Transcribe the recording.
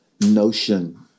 notion